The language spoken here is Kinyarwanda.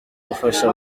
gufasha